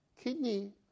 Kidney